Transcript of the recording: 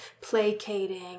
placating